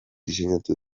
diseinatu